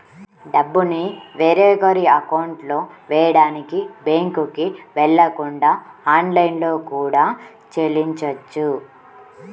డబ్బుని వేరొకరి అకౌంట్లో వెయ్యడానికి బ్యేంకుకి వెళ్ళకుండా ఆన్లైన్లో కూడా చెల్లించొచ్చు